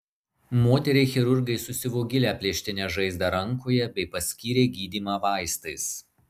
moteriai chirurgai susiuvo gilią plėštinę žaizdą rankoje bei paskyrė gydymą vaistais